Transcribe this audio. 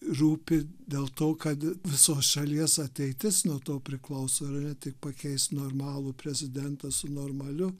rūpi dėl to kad visos šalies ateitis nuo to priklauso ir ne tik pakeis normalų prezidentą su normaliu